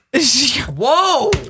Whoa